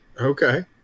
Okay